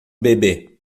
bebê